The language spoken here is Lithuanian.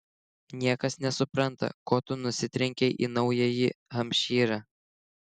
niekas nesupranta ko tu nusitrenkei į naująjį hampšyrą